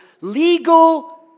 legal